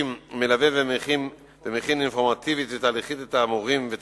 צוות "מפגשים" מלווה ומכין אינפורמטיבית ותהליכית את המורים ואת